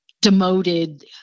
demoted